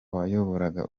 wayoboraga